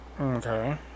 Okay